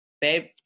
Babe